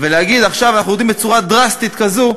ולהגיד שעכשיו אנחנו יורדים בצורה דרסטית כזו,